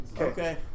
Okay